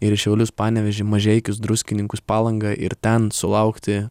ir į šiaulius panevėžį mažeikius druskininkus palangą ir ten sulaukti